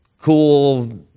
cool